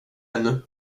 ännu